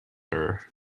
her